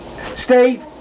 Steve